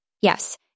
Yes